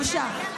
בושה.